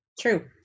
True